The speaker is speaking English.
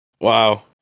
Wow